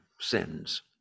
sins